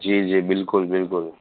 જી જી બિલકુલ બિલકુલ